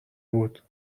بود